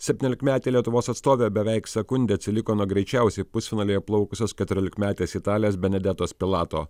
septyniolikmetė lietuvos atstovė beveik sekunde atsiliko nuo greičiausiai pusfinalyje plaukusios keturiolikmetės italės benedetos pilato